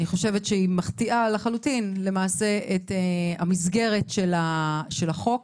אני חושבת שהיא מחטיאה לחלוטין למעשה את המסגרת של החוק,